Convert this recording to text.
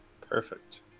Perfect